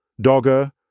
Dogger